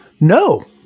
No